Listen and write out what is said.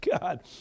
God